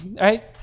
right